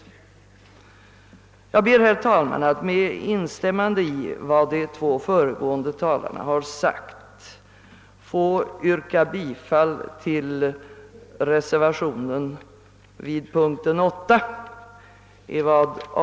Jag ber, herr talman, att med instämmande i vad de två föregående talarna har sagt få yrka bifall till reservationen vid punkten 8.